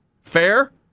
Fair